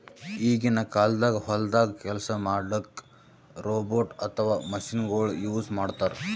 ಈಗಿನ ಕಾಲ್ದಾಗ ಹೊಲ್ದಾಗ ಕೆಲ್ಸ್ ಮಾಡಕ್ಕ್ ರೋಬೋಟ್ ಅಥವಾ ಮಷಿನಗೊಳು ಯೂಸ್ ಮಾಡ್ತಾರ್